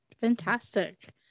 fantastic